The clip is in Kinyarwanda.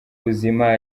buzima